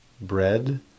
bread